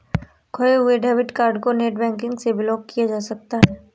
खोये हुए debit card को नेटबैंकिंग से ब्लॉक किया जा सकता है